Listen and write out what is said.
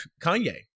Kanye